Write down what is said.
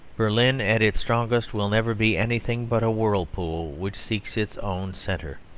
berlin, at its strongest, will never be anything but a whirlpool, which seeks its own centre,